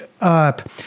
up